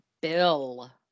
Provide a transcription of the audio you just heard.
Bill